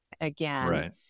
again